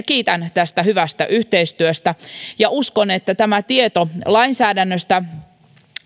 kiitän tästä hyvästä yhteistyöstä ja uskon että tämä tieto lainsäädännöstä